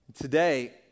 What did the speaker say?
Today